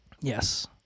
yes